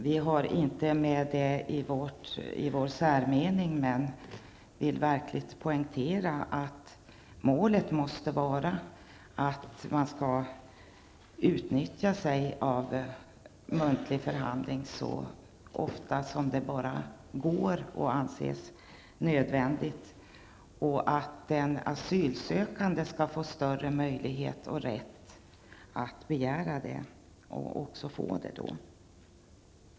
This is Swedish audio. Vi har inte med frågan i vår särmening, men vi vill verkligen poängtera att målet måste vara att man skall använda sig av muntlig förhandling så ofta som det går för sig och kan anses nödvändigt. En asylsökande bör få större möjligheter att begära muntlig förhandling och att också få det.